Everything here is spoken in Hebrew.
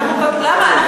למה?